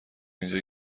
اینجا